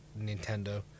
Nintendo